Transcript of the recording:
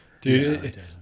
dude